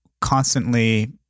constantly